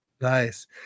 Nice